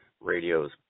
Radio's